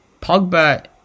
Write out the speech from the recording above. Pogba